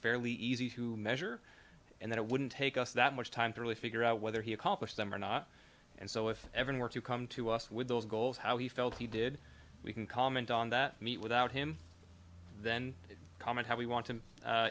fairly easy to measure and it wouldn't take us that much time to really figure out whether he accomplished them or not and so if everyone were to come to us with those goals how he felt he did we can comment on that meet without him then comment how we want